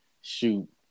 shoot